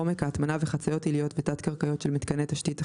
עומק ההטמנה וחציות עיליות ותת־קרקעיות של מיתקני תשתית אחרים,